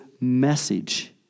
message